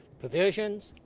provisions,